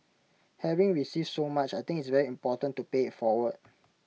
having received so much I think it's very important to pay IT forward